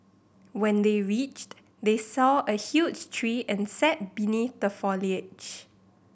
when they reached they saw a huge tree and sat beneath the foliage